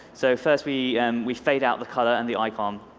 so first we and we fade out the color and the icon.